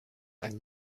ein